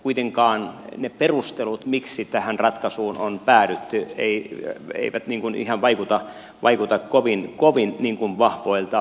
kuitenkaan ne perustelut miksi tähän ratkaisuun on päädytty eivät ihan vaikuta kovin vahvoilta